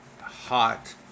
hot